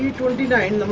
twenty nine